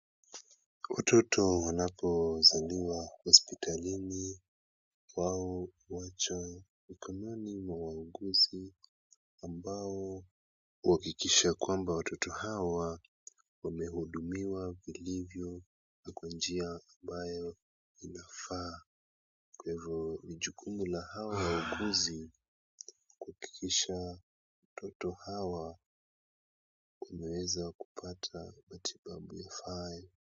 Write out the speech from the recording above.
Watoto wanapozaliwa hospitalini wao huachwa mkononi mwa wauguzi ambao huhakikisha kwamba watoto hawa wamehudumiwa vilivyo na kwa njia ambayo inafaa. Kwa hivyo, ni jukumu la hawa wauguzi kuhakikisha watoto hawa wameweza kupata matibabu ifaayo.